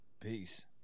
peace